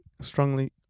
strongly